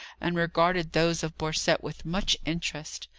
and regarded those of borcette with much interest.